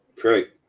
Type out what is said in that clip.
Great